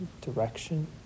direction